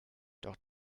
doch